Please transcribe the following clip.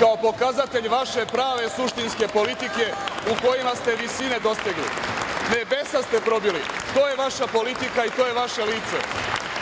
kao pokazatelj vaše prave suštinske politike u kojima ste visine dostigli, nebesa ste probili. To je vaša politika i to je vaše lice.I